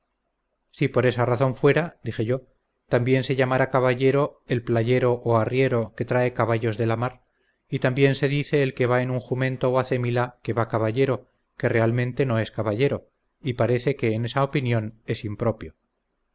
si por esa razón fuera dije yo también se llamara caballero el playero o arriero que trae caballos de la mar y también se dice el que va en un jumento o acémila que va caballero que realmente no es caballo y parece que en esa opinión es impropio